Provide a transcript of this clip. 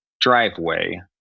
driveway